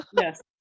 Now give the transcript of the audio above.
Yes